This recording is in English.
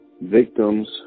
victims